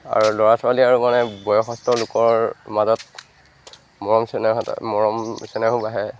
আৰু ল'ৰা ছোৱালী আৰু মানে বয়সস্থ লোকৰ মাজত মৰম চেনেহ এটা মৰম চেনেহো বাঢ়ে